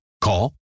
Call